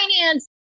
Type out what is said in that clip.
finance